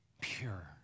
pure